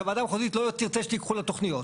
שוועדה מחוזית לא תרצה שייקחו לה תכוניות,